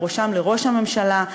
ובראשם לראש הממשלה.